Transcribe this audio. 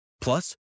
Plus